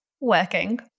Working